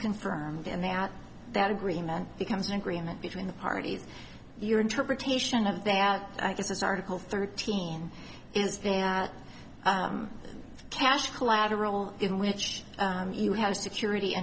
confirmed and that that agreement becomes an agreement between the parties your interpretation of that i guess is article thirteen is that cash collateral in which you have security